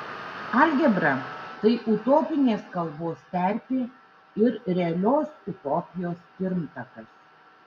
algebra tai utopinės kalbos terpė ir realios utopijos pirmtakas